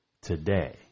today